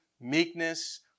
meekness